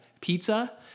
pizza